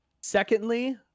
secondly